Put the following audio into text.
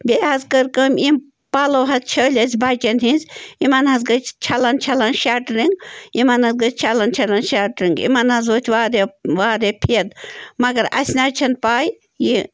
بیٚیہِ حظ کٔر کٲم یِم پَلو حظ چھٔلۍ اَسہِ بَچَن ہِنٛزۍ یِمَن حظ گٔژھۍ چھَلان چھَلان شَٹرِنٛگ یِمَن حظ گٔے چھَلان چھَلان شَٹرِنٛگ یِمَن حظ ؤتھۍ واریاہ واریاہ پھٮ۪د مگر اَسہِ نَہ حظ چھَنہٕ پَے یہِ